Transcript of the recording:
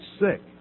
sick